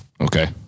Okay